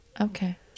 Okay